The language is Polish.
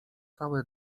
całe